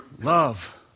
Love